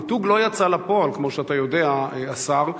המיתוג לא יצא לפועל, כמו שאתה יודע, השר.